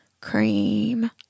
cream